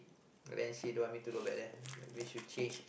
then she don't want me to go back there we should change